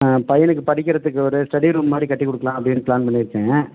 ஆ பையனுக்கு படிக்கிறதுக்கு ஒரு ஸ்டெடி ரூம் மாதிரி கட்டி கொடுக்கலாம் அப்படின்னு ப்ளான் பண்ணிருக்கேங்க